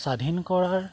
স্বাধীন কৰাৰ